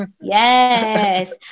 yes